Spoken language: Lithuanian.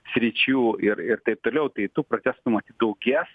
sričių ir ir taip toliau tai tų protestų matyt daugės